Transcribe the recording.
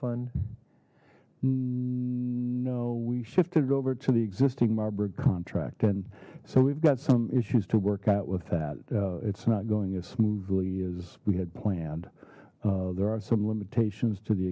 fund no we shifted it over to the existing marburg contract and so we've got some issues to work out with that it's not going as smoothly as we had planned there are some limitations to the